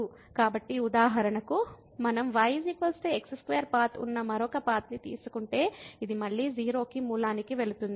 కాబట్టి ఉదాహరణకు మనం y x2 పాత్ ఉన్న మరొక పాత్ ని తీసుకుంటే ఇది మళ్ళీ 0 కి మూలానికి వెళుతుంది